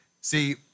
See